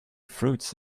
fruits